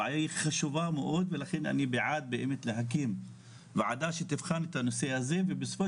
הבעיה חשובה מאוד ולכן אני בעד להקים ועדה שתבחן את הנושא הזה ובסופו